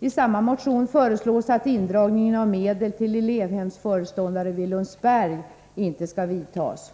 I samma motion föreslås att indragningen av medel till elevhemsföreståndare vid Lundsberg inte skall vidtas.